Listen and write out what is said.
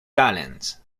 talent